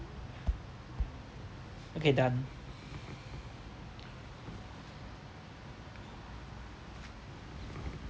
okay done